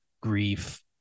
grief